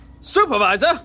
Supervisor